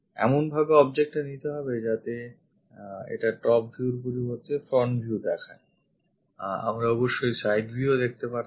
এমনভাবে object টা নিতে হবে যাতে এটা top view র পরিবর্তে front view দেখায় আমরা অবশ্য side view ও দেখতে পারতাম